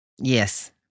Yes